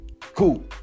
Cool